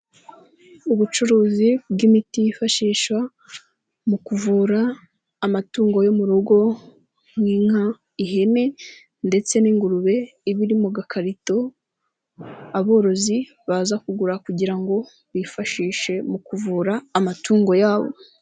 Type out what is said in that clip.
Ubucuruzi bw'imiti yifashishwa mu kuvura amatungo yo mu rugo, nk'inka, ihene, ndetse n'ingurube, iba iri mu gakarito, aborozi baza kugura kugira ngo bifashishe mu kuvura amatungo yabo.